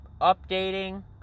updating